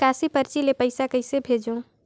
निकासी परची ले पईसा कइसे भेजों?